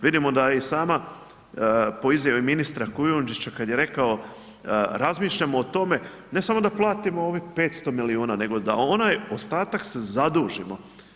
Vidimo da i sama po izjavi ministra Kujundžića kad je rekao razmišljamo o tome ne samo da platimo ovih 500 milijuna nego da onaj ostatak se zadužimo.